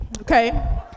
Okay